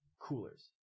coolers